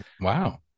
wow